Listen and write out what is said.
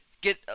get